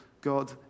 God